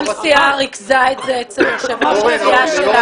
כל סיעה ריכזה את זה אצל יושב-ראש הסיעה שלה.